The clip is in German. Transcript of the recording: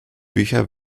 bücher